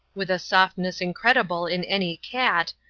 with a softness incredible in any cat,